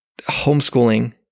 homeschooling